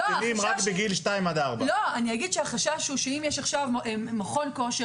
אני אגיד שהחשש הוא שאם יש עכשיו מכון כושר